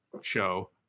show